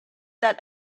that